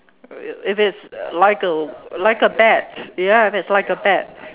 if it's like a like a bat ya if it's like a bat